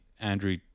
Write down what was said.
Andrew